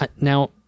Now